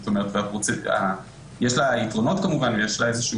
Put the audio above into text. זאת אומרת, יש לה יתרונות כמובן.